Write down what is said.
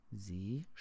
Sie